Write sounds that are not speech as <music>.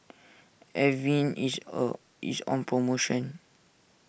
Avene is <hesitation> on promotion